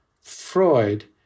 Freud